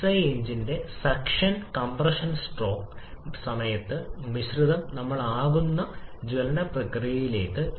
dissociation അനുബന്ധ compression പ്രക്രിയയല്ല അതായത് പ്രാഥമികമായി ഈ ജ്വലന പ്രക്രിയയുമായി ബന്ധപ്പെട്ടിരിക്കുന്നു